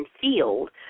field